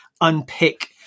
unpick